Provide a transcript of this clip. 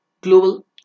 Global